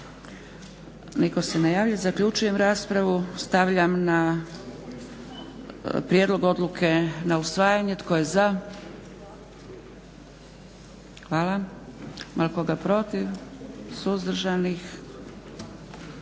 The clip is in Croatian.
Nitko se ne javlja. Zaključujem raspravu. Stavljam prijedlog odluke na usvajanje. Tko je za? Hvala. Ima li koga protiv? Suzdržanih?